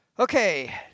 okay